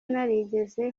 narigeze